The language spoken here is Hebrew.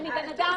טוב,